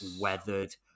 weathered